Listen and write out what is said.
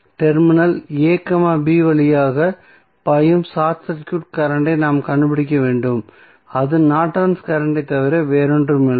terminal a b வழியாக பாயும் short circuit current ஐ நாம் கண்டுபிடிக்க வேண்டும் அது நார்டன்ஸ் கரண்ட் ஐத் தவிர வேறொன்றுமில்லை